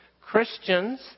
Christians